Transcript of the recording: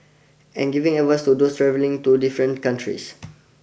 and giving advice to those travelling to different countries